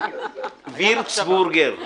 וירצבורגר.